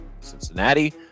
Cincinnati